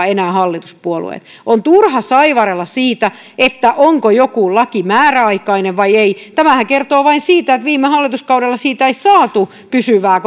enää kannattaneet on turha saivarrella siitä onko joku laki määräaikainen vai ei tämähän kertoo vain siitä että viime hallituskaudella siitä ei saatu pysyvää